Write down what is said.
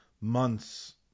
months